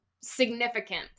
significant